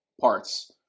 parts